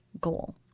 goal